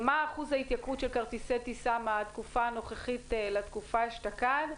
מה אחוז ההתייקרות של כרטיסי הטיסה מהתקופה הנוכחית לתקופה אשתקד?